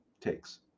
takes